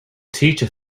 teacher